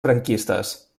franquistes